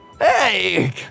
Hey